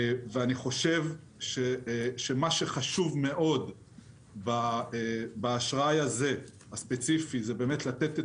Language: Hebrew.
ואני חושב שמה שחשוב מאוד באשראי הספציפי זה לתת את